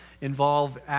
involve